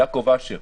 יעקב אשר,